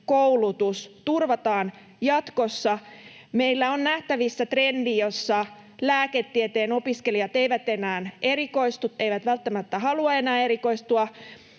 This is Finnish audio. koulutus turvataan jatkossa. Meillä on nähtävissä trendi, jossa lääketieteen opiskelijat eivät välttämättä halua enää erikoistua